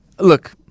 Look